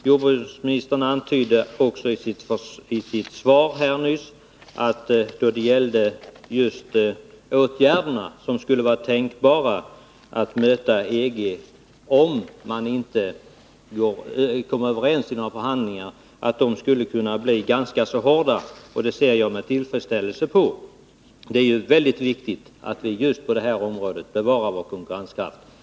Jordbruksministern antydde i sitt svar nyss att de åtgärder som skulle vara tänkbara att möta EG med, om man inte kommer överens genom förhandlingarna, skulle kunna bli ganska hårda. Det ser jag med tillfredsställelse på. Det är ju mycket viktigt att vi just på det här området bevarar vår konkurrenskraft.